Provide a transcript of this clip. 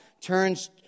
turns